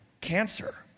cancer